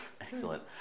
excellent